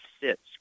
sits